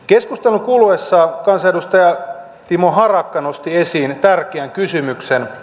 keskustelun kuluessa kansanedustaja timo harakka nosti esiin tärkeän kysymyksen